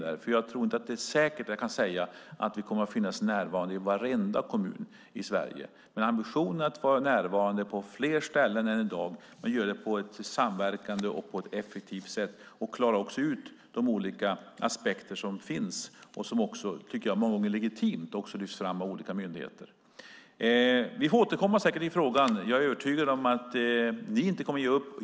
Jag kan nämligen inte säkert säga att vi kommer att finnas närvarande i varenda kommun i landet, men ambitionen är att vara närvarande på fler ställen än i dag, att göra det i samverkan och på ett effektivt sätt samt att klara ut de olika aspekter som finns och som, många gånger legitimt, lyfts fram av myndigheterna. Vi återkommer säkert i frågan. Jag är övertygad om att ni inte kommer att ge upp.